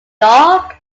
dog